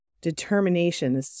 determination